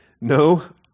No